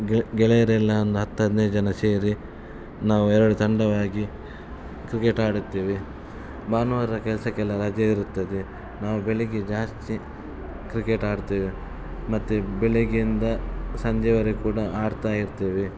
ಗೆ ಗೆಳೆಯರೆಲ್ಲ ಒಂದು ಹತ್ತು ಹದಿನೈದು ಜನ ಸೇರಿ ನಾವು ಎರಡು ತಂಡವಾಗಿ ಕ್ರಿಕೆಟ್ ಆಡುತ್ತೀವಿ ಭಾನುವಾರ ಕೆಲಸಕ್ಕೆಲ್ಲ ರಜೆ ಇರುತ್ತದೆ ನಾವು ಬೆಳಿಗ್ಗೆ ಜಾಸ್ತಿ ಕ್ರಿಕೆಟ್ ಆಡ್ತೇವೆ ಮತ್ತು ಬೆಳಗೆಯಿಂದ ಸಂಜೆವರೆಗೆ ಕೂಡ ಆಡ್ತಾ ಇರ್ತೇವೆ